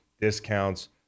discounts